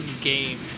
game